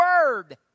word